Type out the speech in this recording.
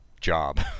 job